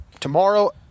Tomorrow